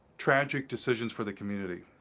tragic decisions for the community.